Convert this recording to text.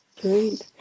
Great